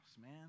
man